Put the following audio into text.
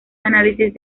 análisis